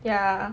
ya